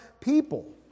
people